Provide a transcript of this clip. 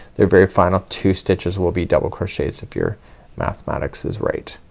the very final two stitches will be double crochets if your mathematics is right.